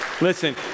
listen